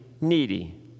needy